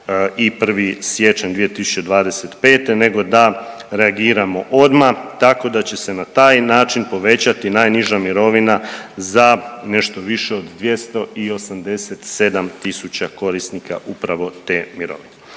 i 1. siječanj 2025. nego da reagiramo odmah, tako da će se na taj način povećati najniža mirovina za nešto više od 287000 korisnika upravo te mirovine.